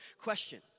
question